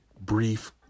brief